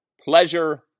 pleasure